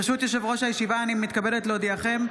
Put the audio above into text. ברשות יושב-ראש הישיבה, אני מתכבדת להודיעכם,